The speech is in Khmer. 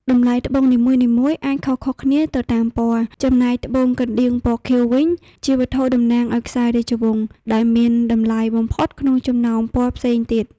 តម្លៃត្បូងនីមួយៗអាចខុសៗគ្នាទៅតាមពណ៌ ចំណែកត្បូងកណ្តៀងពណ៌ខៀវវិញ ជាវត្ថុតំណាងឱ្យខ្សែរាជរង្ស ដែលមានតម្លៃបំផុតក្នុងចំណោមពណ៌ផ្សេងទៀត។